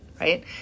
right